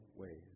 ways